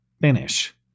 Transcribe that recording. finish